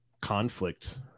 conflict